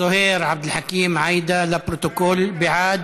זוהיר, עבד אל חכים, עאידה, לפרוטוקול, בעד.